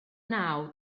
naw